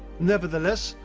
nevertheless,